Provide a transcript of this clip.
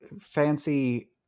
fancy